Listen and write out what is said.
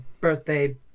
birthday